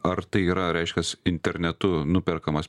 ar tai yra reiškias internetu nuperkamas